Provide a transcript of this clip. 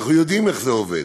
אנחנו יודעים איך זה עובד.